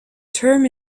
term